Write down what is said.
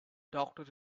doctor